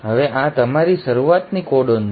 હવે આ તમારી શરૂઆતની કોડોન છે